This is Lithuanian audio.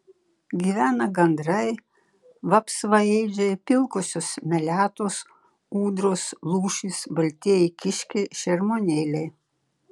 gyvena gandrai vapsvaėdžiai pilkosios meletos ūdros lūšys baltieji kiškiai šermuonėliai